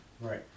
right